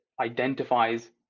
identifies